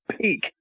peak